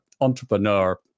entrepreneur